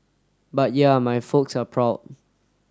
but yeah my folks are proud